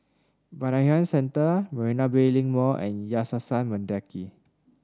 Bayanihan Centre Marina Bay Link Mall and Yayasan Mendaki